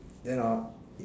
then